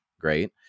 great